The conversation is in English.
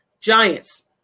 Giants